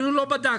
אפילו לא בדקתי,